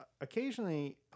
occasionally